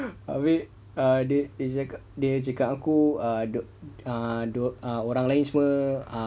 abeh uh dia ca~ dia dia cakap dengan aku uh dua uh orang lain semua uh